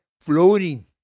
floating